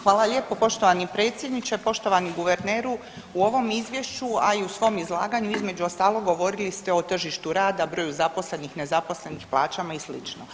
Hvala lijepo poštovani predsjedniče, poštovani guverneru, u ovom Izvješću, a i u svom izlaganju između ostalog, govorili ste u o tržištu rada, broju zaposlenih, nezaposlenih, plaćama i sl.